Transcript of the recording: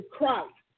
Christ